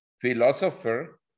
philosopher